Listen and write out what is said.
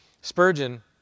Spurgeon